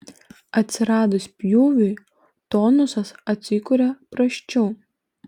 atsiradus pjūviui tonusas atsikuria prasčiau